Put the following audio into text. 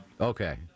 Okay